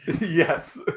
yes